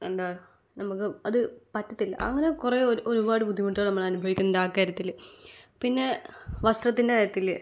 എന്താ നമുക്ക് അത് പറ്റത്തില്ല അങ്ങനെ കുറേ ഒരുപാട് ബുദ്ധിമുട്ടുകൾ നമ്മളനുഭവിക്കുന്നുണ്ട് ആ കാര്യത്തിൽ പിന്നെ വസ്ത്രത്തിൻ്റെ കാര്യത്തിൽ